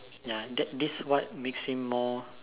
ya that this what makes him more